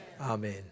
Amen